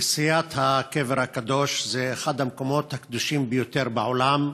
כנסיית הקבר הקדוש היא אחד המקומות הקדושים ביותר בעולם.